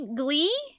glee